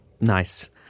Nice